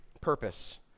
purpose